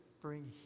bring